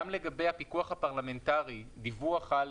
גם לגבי הפיקוח הפרלמנטרי דיווח על